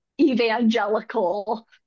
evangelical